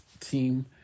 team